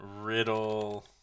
Riddle